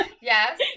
Yes